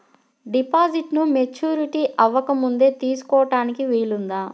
డిపాజిట్ను మెచ్యూరిటీ అవ్వకముందే తీసుకోటానికి వీలుందా?